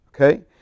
okay